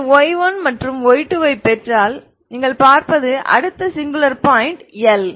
நீங்கள் y1 மற்றும் y2ஐப் பெற்றால் நீங்கள் பார்ப்பது அடுத்த சிங்குலர் பாயிண்ட் L